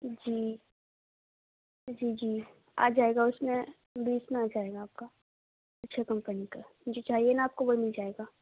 جی جی جی آ جائے گا اس میں بیس میں آ جائے گا آپ کا اچھے کمپنی کا ہے جو چاہیے نا آپ کو وہ مل جائے گا